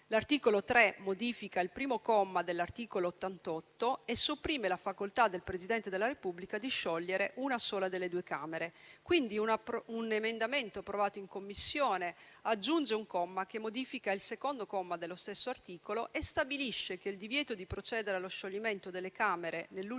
L'articolo 3 modifica il primo comma dell'articolo 88 e sopprime la facoltà del Presidente della Repubblica di sciogliere una sola delle due Camere. Un emendamento approvato in Commissione aggiunge un comma che modifica il secondo comma dello stesso articolo e stabilisce che il divieto di procedere allo scioglimento delle Camere nell'ultimo